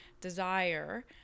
desire